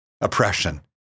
oppression